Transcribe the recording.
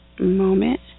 moment